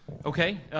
okay,